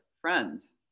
friends